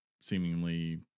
seemingly